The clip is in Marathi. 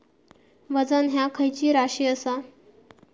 वजन ह्या खैची राशी असा?